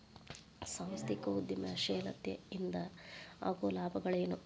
ಸಾಂಸ್ಥಿಕ ಉದ್ಯಮಶೇಲತೆ ಇಂದ ಆಗೋ ಲಾಭಗಳ ಏನು